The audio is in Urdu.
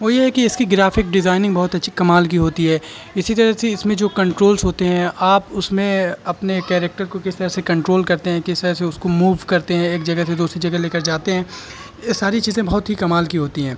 وہ یہ ہے کہ اس کی گرافک ڈیزائننگ بہت اچھی کمال کی ہوتی ہے اسی طرح سے اس میں جو کنٹرولس ہوتے ہیں آپ اس میں اپنے کیریکٹر کو کس طرح سے کنٹرول کرتے ہیں کس طرح سے اس کو موو کرتے ہیں ایک جگہ سے دوسری جگہ لے کر جاتے ہیں یہ ساری چیزیں بہت ہی کمال کی ہوتی ہیں